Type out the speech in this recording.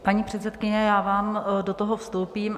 Paní předsedkyně, já vám do toho vstoupím.